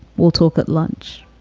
we'll talk at lunch